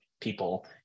people